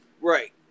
Right